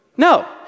No